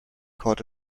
caught